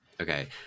okay